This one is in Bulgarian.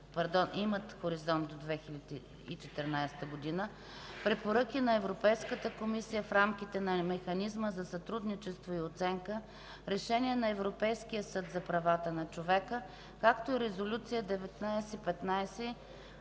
имат хоризонт до 2014 г.), препоръки на Европейската комисия в рамките на Механизма за сътрудничество и оценка, решения на Европейския съд за правата на човека (ЕСПЧ), както и Резолюция 1915/2013